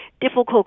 difficult